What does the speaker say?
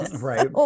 right